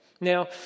Now